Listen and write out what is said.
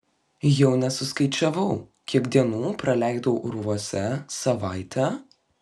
jau nesuskaičiavau kiek dienų praleidau urvuose savaitę